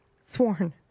sworn